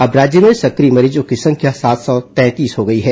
अब राज्य में सक्रिय मरीजों की संख्या सात सौ तैंतीस हो गई है